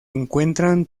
encuentran